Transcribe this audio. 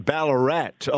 Ballarat